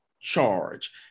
charge